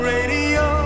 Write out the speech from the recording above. Radio